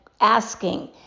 asking